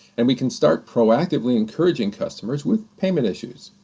and we can start proactively encouraging customers with payment issues.